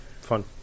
Fun